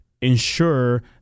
ensure